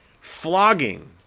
flogging